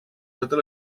totes